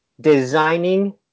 designing